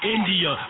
India